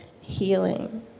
healing